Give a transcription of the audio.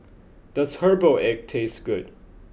does Herbal Egg taste good